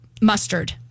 mustard